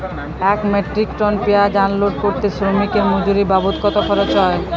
এক metric ton পেঁয়াজ unload করতে শ্রমিকের মজুরি বাবদ কত খরচ হয়?